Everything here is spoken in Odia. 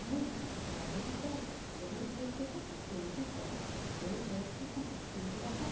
ମୁଁ ଯୁଆଡ଼େ ବି ଯାଏ ସେହି ଡ୍ରେସ୍ ଟିକୁ ପିନ୍ଧିଯାଏ ସେହି ଡ୍ରେସ୍ ଟିକୁ ପିନ୍ଧିବାକୁ